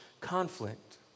conflict